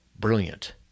brilliant